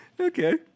Okay